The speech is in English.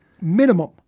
Minimum